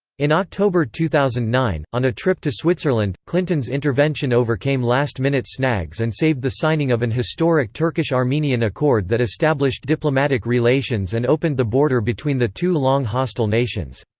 in october two thousand and nine, on a trip to switzerland, clinton's intervention overcame last-minute snags and saved the signing of an historic turkish-armenian accord that established diplomatic relations and opened the border between the two long-hostile nations.